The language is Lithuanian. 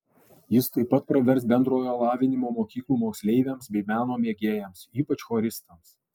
jis taip pat pravers bendrojo lavinimo mokyklų moksleiviams bei meno mėgėjams ypač choristams